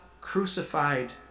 crucified